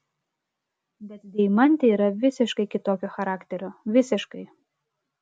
bet deimantė yra visiškai kitokio charakterio visiškai